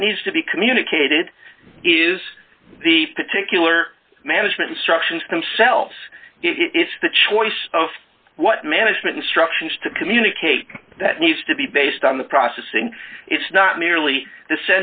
what needs to be communicated is the particular management instructions themselves if the choice of what management instructions to communicate that needs to be based on the processing it's not merely